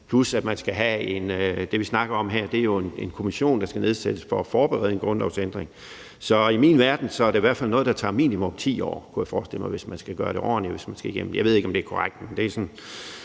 her, nemlig en kommission, der skal nedsættes for at forberede en grundlovsændring. Så i min verden er det i hvert fald noget, der tager minimum 10 år; det kunne jeg forestille mig, hvis man skal gøre det ordentligt. Jeg ved ikke, om det er korrekt,